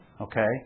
Okay